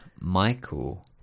Michael